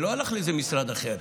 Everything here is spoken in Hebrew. זה לא הלך לאיזה משרד אחר,